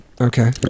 Okay